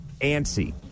antsy